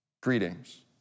greetings